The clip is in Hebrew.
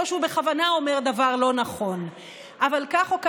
או שהוא בכוונה אומר דבר לא נכון.